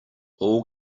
all